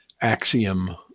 Axiom